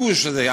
הגוש הזה,